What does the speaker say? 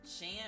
Shan